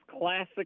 classic